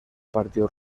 partió